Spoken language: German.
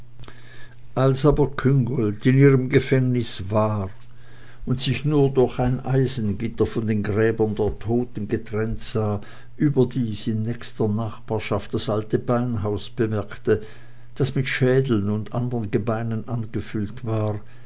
als aber küngolt in ihrem gefängnis war und sich nur durch ein eisengitter von den gräbern der toten getrennt sah überdies in nächster nachbarschaft das alte beinhaus bemerkte das mit schädeln und andern gebeinen angefüllt war